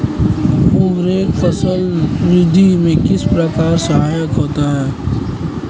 उर्वरक फसल वृद्धि में किस प्रकार सहायक होते हैं?